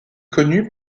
connu